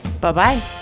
Bye-bye